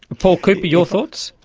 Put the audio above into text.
paul cooper, your thoughts?